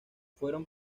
fueron